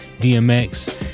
DMX